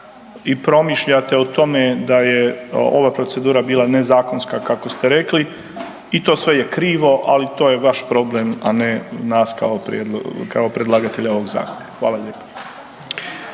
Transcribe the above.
i promišljate o tome da je ova procedura bila nezakonska kako ste rekli i to sve je krivo, ali to je vaš problem, a ne nas kao predlagatelja ovog zakona. Hvala lijepa.